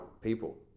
people